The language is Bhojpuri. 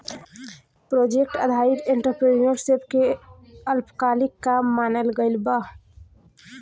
प्रोजेक्ट आधारित एंटरप्रेन्योरशिप के अल्पकालिक काम मानल गइल बा